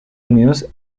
unidos